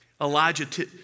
Elijah